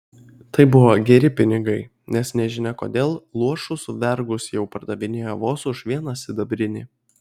tai buvo geri pinigai nes nežinia kodėl luošus vergus jau pardavinėjo vos už vieną sidabrinį